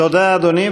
תודה, אדוני.